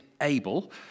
able